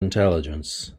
intelligence